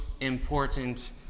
important